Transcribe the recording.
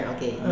Okay